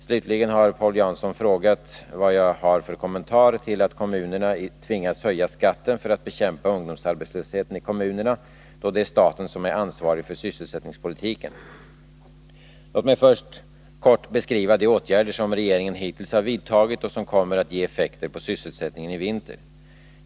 Slutligen har Paul Jansson frågat vad jag har för kommentar till att kommunerna tvingas höja skatten för att bekämpa ungdomsarbetslösheten i kommunerna då det är staten som är ansvarig för sysselsättningspolitiken. Låt mig först kort beskriva de åtgärder som regeringen hittills har vidtagit och som kommer att ge effekter på sysselsättningen i vinter.